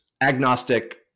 agnostic